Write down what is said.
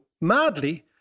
madly